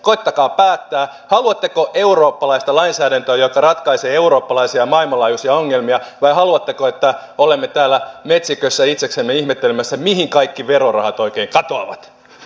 koettakaa päättää haluatteko eurooppalaista lainsäädäntöä joka ratkaisee eurooppalaisia ja maailmanlaajuisia ongelmia vai haluatteko että olemme täällä metsikössä itseksemme ihmettelemässä mihin kaikki verorahat oikein katoavat